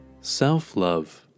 Self-love